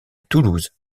toulouse